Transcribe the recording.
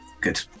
Good